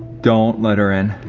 don't let her in.